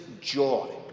joy